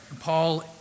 Paul